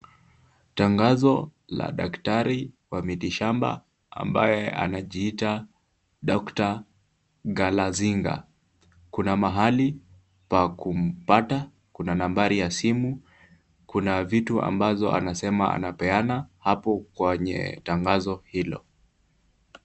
Tangazo la daktari wa miti shamba ambaye anajiita doctor Galazinga. Kuna mahali pa kumpata, kuna nambari ya simu, kuna vitu ambazo anasema anapeana hapo kwenye tangazo hilo.